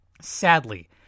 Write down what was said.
Sadly